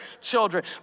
children